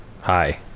Hi